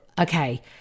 okay